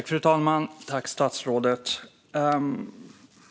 Fru talman!